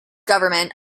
government